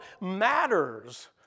matters